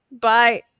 bye